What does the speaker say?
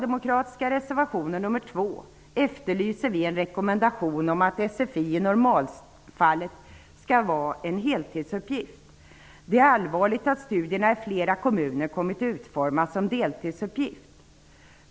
efterlyser vi en rekommendation om att sfi i normalfallet skall vara en heltidsuppgift. Det är allvarligt att studierna i flera kommuner kommit att utformas som en deltidsuppgift.